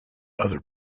other